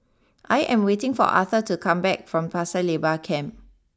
I am waiting for Arther to come back from Pasir Laba Camp